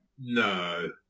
No